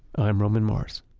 i'm roman mars